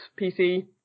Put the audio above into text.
PC